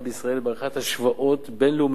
בישראל ובעריכת השוואות בין-לאומיות,